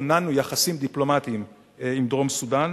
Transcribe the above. כוננו יחסים דיפלומטיים עם דרום-סודן,